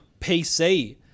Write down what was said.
PC